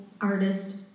artist